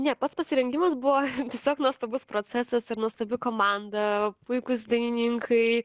ne pats pasirengimas buvo tiesiog nuostabus procesas ir nuostabi komanda puikūs dainininkai